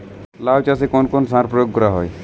লাউ চাষে কোন কোন সার প্রয়োগ করা হয়?